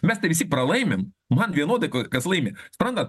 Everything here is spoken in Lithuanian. mes tai visi pralaimim man vienodai kas laimi suprantat